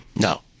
No